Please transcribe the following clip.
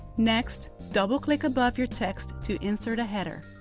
next, double-click above your text to insert a header.